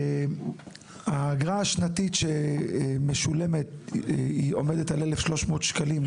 האגרה השנתית שמשולמת עומדת על 1,300 שקלים.